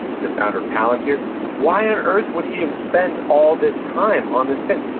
he's the founder of palantir, why on earth would he have spent all this time on this thing?